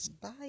Bye